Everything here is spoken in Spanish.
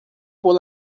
por